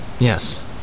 Yes